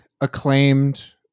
acclaimed